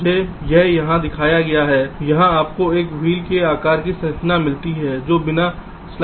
मुझे यह यहां दिखाया गया है जहां आपको एक व्हील के प्रकार की संरचना मिलती है जो बिना स्लाइस के होती है